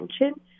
attention